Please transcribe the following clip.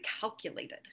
calculated